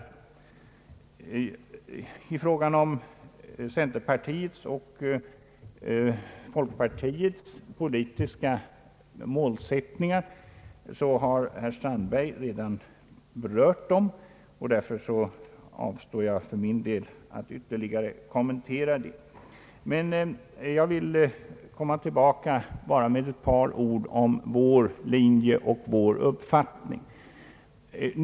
Beträffande centerpartiets och folkpartiets politiska målsättningar har herr Strandberg redan anfört synpunkter, varför jag för min del avstår från ytterligare kommentarer. Men jag vill återkomma helt kortfattat till vår linje och vår uppfattning.